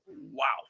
Wow